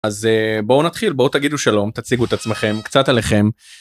אז אה... בואו נתחיל בואו תגידו שלום תציגו את עצמכם קצת עליכם.